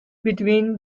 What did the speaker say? between